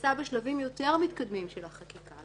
נכנסה בשלבים יותר מתקדמים של החקיקה.